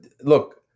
look